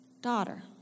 Daughter